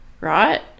Right